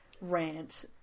rant